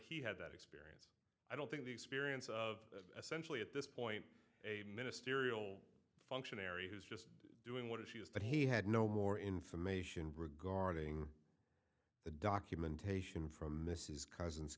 he had that experience i don't think the experience of essential at this point a ministerial functionary who's just doing what it shows that he had no more information regarding the documentation from mrs cousins